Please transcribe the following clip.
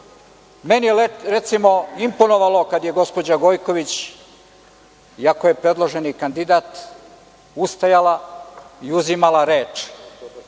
Meni je recimo imponovalo kada je gospođa Gojković, iako je predloženi kandidat, ustajala i uzimala reč